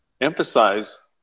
emphasize